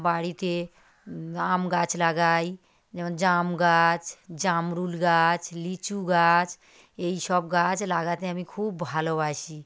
বাড়িতে আম গাছ লাগাই যেমন জাম গাছ জামরুল গাছ লিচু গাছ এইসব গাছ লাগাতে আমি খুব ভালোবাসি